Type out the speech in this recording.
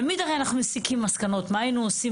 תמיד הרי אנחנו מסיקים מסקנות כמו 'מה היינו עושים